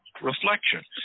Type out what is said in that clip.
reflection